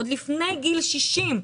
עוד לפני גיל 60,